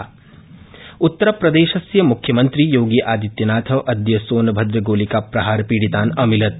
योगी आदित्यनाथ उत्तरप्रदेशस्य मुख्यमंत्री योगी आदित्यनाथ अद्य सोनभद्रगोलिकाप्रहारपीडितान् अमिलत्